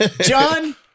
John